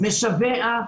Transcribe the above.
משווע,